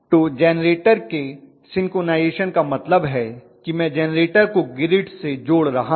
तो जेनरेटर के सिंक्रनाइज़ेशन का मतलब है कि मैं जेनरेटर को ग्रिड जोड़ रहा हूँ